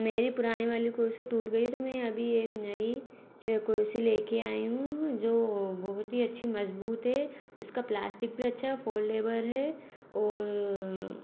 मेरी पुरानी वाली कुर्सी टूट गई तो में अभी एक नई जो कुर्सी ले कर आई हूँ जो बहुत ही अच्छी मज़बूत है उस का प्लास्टिक भी अच्छा है फ़ोल्डेबर है और